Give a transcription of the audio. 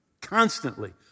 constantly